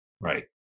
right